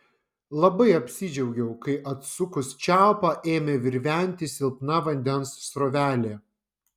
labai apsidžiaugiau kai atsukus čiaupą ėmė virventi silpna vandens srovelė